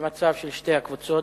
במצב של שתי הקבוצות.